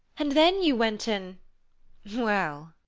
and then you went and well!